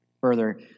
Further